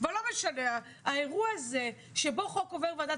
בגלל נושאי ההזדהות --- אבל אין הסכמה,